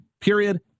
period